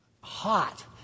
hot